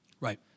Right